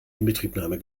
inbetriebnahme